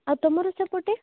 ଆଉ ତୁମର ସେପଟେ